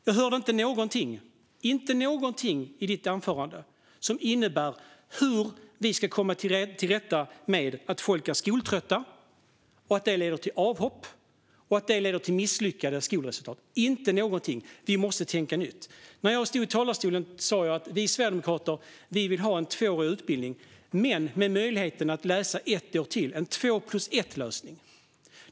Jag hörde inte någonting i ditt anförande om hur vi ska komma till rätta med att folk är skoltrötta och att det leder till avhopp eller till misslyckade skolresultat. Vi måste tänka nytt. När jag stod i talarstolen sa jag att vi sverigedemokrater vill ha en tvåårig utbildning men med möjligheten att läsa ett år till, en två-plus-ett-lösning.